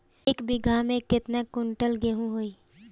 एक बीगहा में केतना कुंटल गेहूं होई?